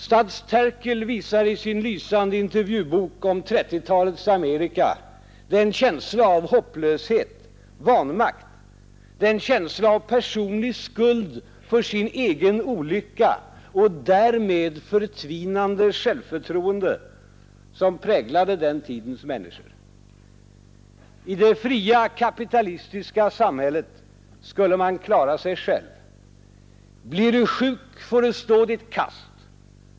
Studs Terkel visar i sin lysande intervjubok om 1930-talets Amerika den känsla av hopplöshet, vanmakt, den känsla av personlig skuld för sin egen olycka och därmed förtvinande självförtroende som präglade den tidens människor. I det fria, kapitalistiska samhället skulle man klara sig själv. Blir du sjuk får du stå ditt kast.